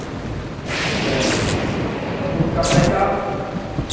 अच्छा तो उसका पैसा